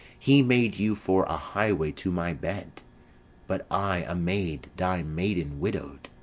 he made you for a highway to my bed but i, a maid, die maiden-widowed.